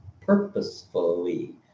purposefully